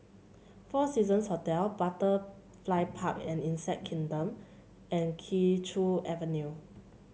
Four Seasons Hotel Butterfly Park and Insect Kingdom and Kee Choe Avenue